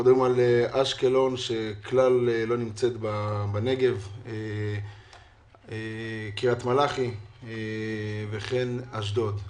אשקלון כלל לא נמצאת בנגב, קריית מלאכי וכן אשדוד.